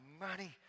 money